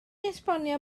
esbonio